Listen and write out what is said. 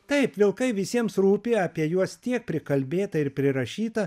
taip vilkai visiems rūpi apie juos tiek prikalbėta ir prirašyta